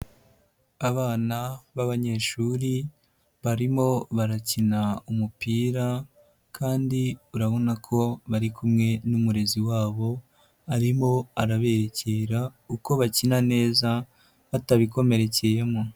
Abana b'abanyeshuri barimo barakina umupira kandi urabona ko bari kumwe n'umurezi wabo, arimo araberekera uko bakina neza, batabikomerekeyemo.